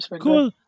Cool